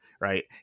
right